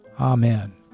Amen